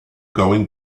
going